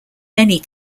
many